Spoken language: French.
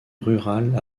rurale